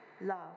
love